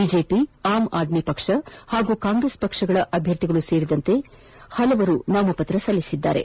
BJP Aam Aadmi ಪಕ್ಷ ಹಾಗೂ Congress ಪಕ್ಷಗಳ ಅಭ್ಯರ್ಥಿಗಳು ಸೇರಿದಂತೆ ಹಲವರು ನಾಮಪತ್ರ ಸಲ್ಲಿಸಿದ್ದಾರೆ